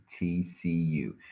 TCU